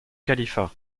califat